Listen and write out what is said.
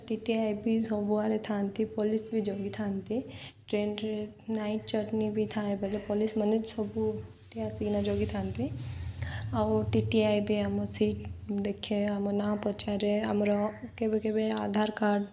T T I ବି ସବୁଆଡ଼େ ଥାଆନ୍ତି ପୋଲିସ ବି ଜଗିଥାନ୍ତି ଟ୍ରେନ୍ରେ ନାଇଟ୍ ଜର୍ନି ବି ଥାଏ ବଲେ ପୋଲିସମାନେ ସବୁଠି ଆସିକିନା ଜଗିଥାନ୍ତି ଆଉ ଟି ଟି ଆଇ ବି ଆମ ସିଟ୍ ଦେଖେ ଆମ ନାଁ ପଚାରେ ଆମର କେବେ କେବେ ଆଧାର କାର୍ଡ଼